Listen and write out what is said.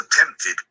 attempted